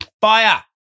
Fire